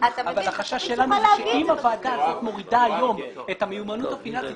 החשש שלנו הוא שאם הוועדה הזאת מורידה היום את המיומנות הפיננסית